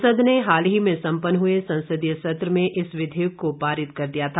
संसद ने हाल ही में सम्पन्न हए संसदीय सत्र में इस विधेयक को पारित कर दिया था